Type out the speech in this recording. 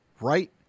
right